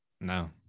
No